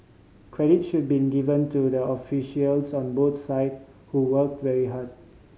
credit should be given to the officials on both side who worked very hard